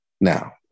now